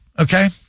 okay